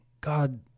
God